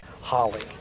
Holly